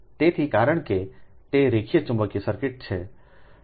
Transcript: તેથી કારણ કે તે રેખીય ચુંબકીય સર્કિટ છે